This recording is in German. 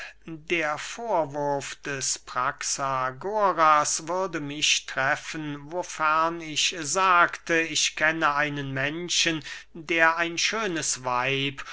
der vorwurf des praxagoras würde mich treffen wofern ich sagte ich kenne einen menschen der ein schönes weib